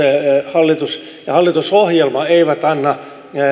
hallitus ja hallitusohjelma eivät anna